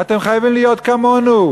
אתם חייבים להיות כמונו,